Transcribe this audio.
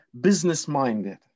business-minded